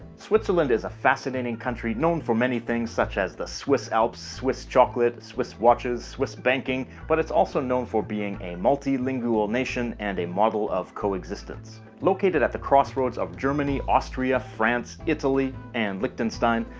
switzerland is a fascinating country, known for many things such as the swiss alps, swiss chocolate, swiss watches, swiss banking, but it's also known for being a multilingual nation and a model of coexistence. located at the crossroads of germany, austria, france, italy and liechtenstein,